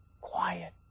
Quiet